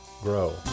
grow